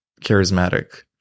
charismatic